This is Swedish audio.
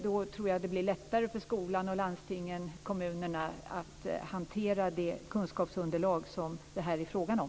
Då tror jag att det blir lättare för skolan, landstingen och kommunerna att hantera det kunskapsunderlag som det här är fråga om.